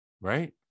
right